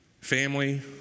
Family